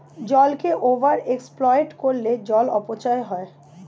জলকে over exploit করলে জল অপচয় হয়